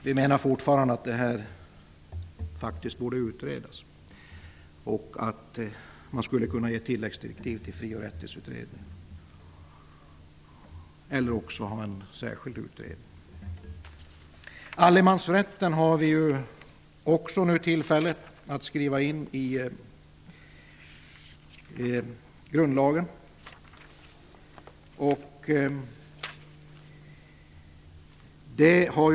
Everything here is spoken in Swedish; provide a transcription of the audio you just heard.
Vi menar fortfarande att detta borde utredas och att man skulle kunna ge tilläggsdirektiv till Fri och rättighetsutredningen eller också tillsätta en särskild utredning. Det finns nu tillfälle att skriva in allemansrätten i grundlagen.